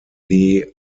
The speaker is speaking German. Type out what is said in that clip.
des